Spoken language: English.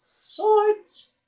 Swords